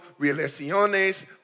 relaciones